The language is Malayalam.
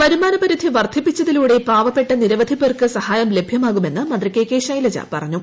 വരുമാന പരിധി വർധിപ്പിച്ചതിലൂടെ പാവപ്പെട്ട നിരവധി പേർക്ക് സഹായം ലഭ്യമാകുമെന്ന് മന്ത്രി കെ കെ ശൈലജ പറഞ്ഞു